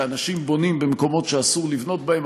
שאנשים בונים בו במקומות שאסור לבנות בהם.